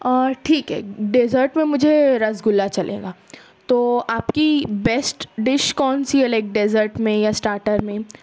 ٹھیک ہے ڈیزرٹ میں مجھے رس گلا چلے گا تو آپ کی بیسٹ ڈش کون سی ہے لائک ڈیزرٹ میں یا اسٹاٹر میں